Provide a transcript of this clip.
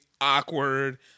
awkward